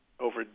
over